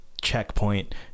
checkpoint